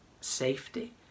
safety